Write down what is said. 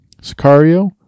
Sicario